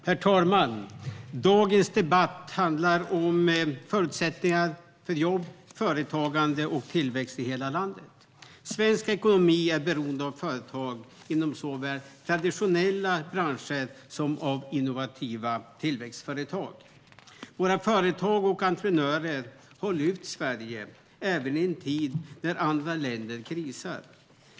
Herr talman! Dagens debatt handlar om förutsättningar för jobb, företagande och tillväxt i hela landet. Svensk ekonomi är beroende såväl av företag inom traditionella branscher som av innovativa tillväxtföretag. Våra företag och entreprenörer har lyft Sverige även i en tid när andra länder krisar.